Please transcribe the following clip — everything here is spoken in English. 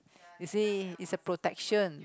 you see it's a protection